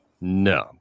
No